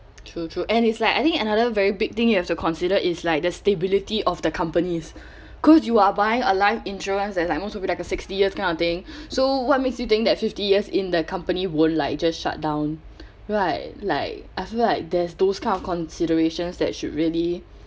true true and it's like I think another very big thing you have to consider is like the stability of the companies cause you are buying a life insurance that's like most will be like a sixty year kind of thing so what makes you think that fifty years in the company won't like just shut down right like I feel like there's those kind of considerations that should really